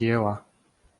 diela